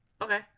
Okay